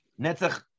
Netzach